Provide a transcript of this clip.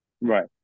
Right